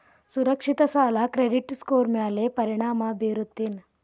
ಸುರಕ್ಷಿತ ಸಾಲ credit score ಮ್ಯಾಲೆ ಪರಿಣಾಮ ಬೇರುತ್ತೇನ್